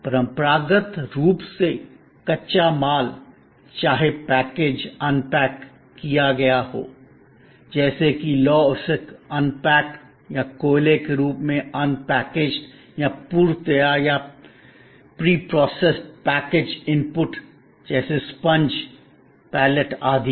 परंपरागत रूप से कच्चा माल चाहे पैकेज अनपैक किया गया हो जैसे कि लौह अयस्क अनपैक्ड या कोयले के रूप में अनपैकेजेड या पूर्व तैयार या प्रीप्रोसेस्ड पैकेज्ड इनपुट जैसे स्पंज पैलेट आदि